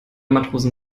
matrosen